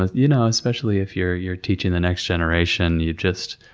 ah you know especially if you're you're teaching the next generation, you just,